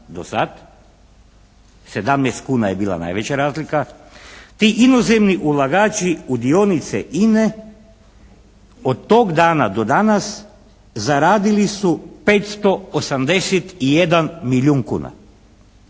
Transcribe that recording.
17 kuna je bila najveća razlika. Ti inozemni ulagači u dionice INA-e od tog dana do danas zaradili su 581 milijun kuna.